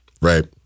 Right